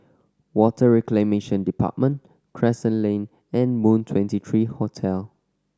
Water Reclamation Department Crescent Lane and Moon Twenty three Hotel